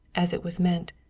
as it was meant.